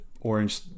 orange